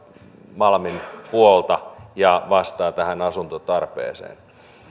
malmin puolta ja vastaa tähän asuntotarpeeseen